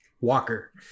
Walker